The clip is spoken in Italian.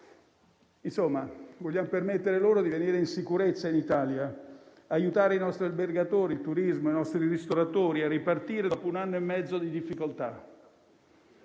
insomma, vogliamo permettere loro di venire in sicurezza in Italia, per aiutare i nostri albergatori, il turismo e i ristoratori a ripartire, dopo un anno e mezzo di difficoltà.